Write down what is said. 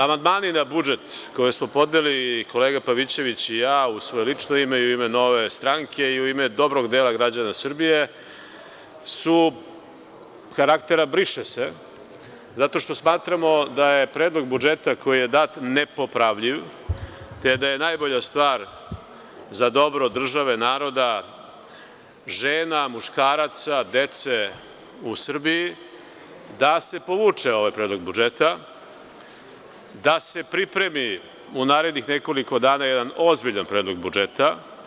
Amandmani na budžet koje smo podneli kolega Pavićević i ja u svoje lično ime i u ime Nove stranke i u ime dobrog dela građana Srbije su karaktera „briše se“, zato što smatramo da je Predlog budžeta koji je dat nepopravljiv, te da je najbolja stvar za dobro države, naroda, žena, muškaraca, dece u Srbiji da se povuče ovaj Predlog budžeta, da se pripremi u narednih nekoliko dana jedan ozbiljan predlog budžeta.